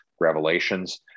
revelations